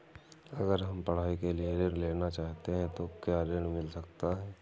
अगर हम पढ़ाई के लिए ऋण लेना चाहते हैं तो क्या ऋण मिल सकता है?